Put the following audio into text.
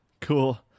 Cool